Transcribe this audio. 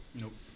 Nope